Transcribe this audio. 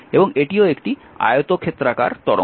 এবং এটিও এটি আয়তক্ষেত্রাকার তরঙ্গ